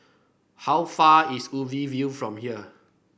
how far is Ubi View from here